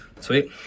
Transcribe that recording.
Sweet